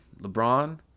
LeBron